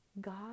God